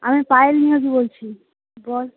আমি পায়েল নিয়োগী বলছি বল